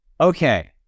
Okay